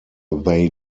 they